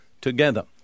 together